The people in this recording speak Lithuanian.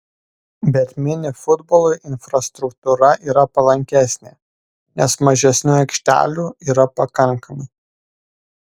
bet mini futbolui infrastruktūra yra palankesnė nes mažesniu aikštelių yra pakankamai